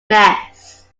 mess